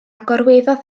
gorweddodd